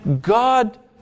God